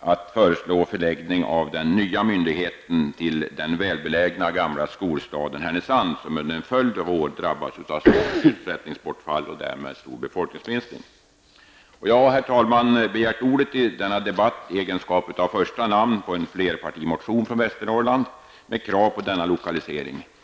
att föreslå förläggning av den nya myndigheten till den välbelägna gamla skolstaden Härnösand, som under en följd av år har drabbats av stort sysselsättningsbortfall och därmed stor befolkningsminskning. Jag har, herr talman, begärt ordet i denna debatt, eftersom mitt namn står som första namn på en flerpartimotion med krav på denna lokalisering.